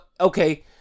okay